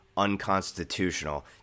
unconstitutional